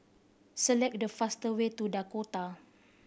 select the fastest way to Dakota